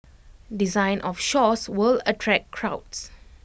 design of stores will attract crowds